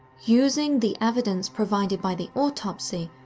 using the evidence provided by the autopsy,